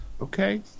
Okay